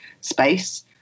space